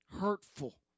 hurtful